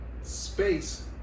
space